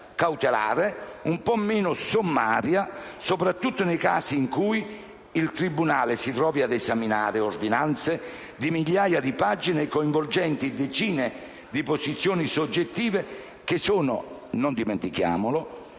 un po' meno sommaria, soprattutto nei casi in cui il tribunale si trovi ad esaminare ordinanze di migliaia di pagine, coinvolgenti decine di posizioni soggettive, che sono - non dimentichiamolo